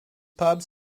pubs